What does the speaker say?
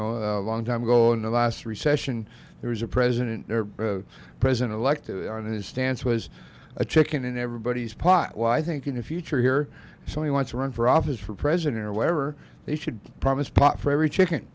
know a long time ago in the last recession there was a president or president elect and his stance was a chicken in everybody's pot i think in the future here so he wants to run for office for president or whatever they should promise pot for every chicken